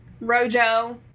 Rojo